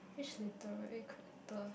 which literary character